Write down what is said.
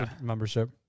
membership